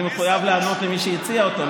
אני מחויב לענות למי שהציע אותו,